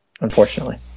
unfortunately